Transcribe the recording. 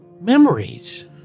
memories